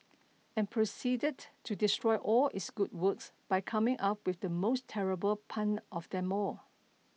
and proceeded to destroy all its good work by coming up with the most terrible pun of them all